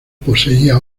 poseía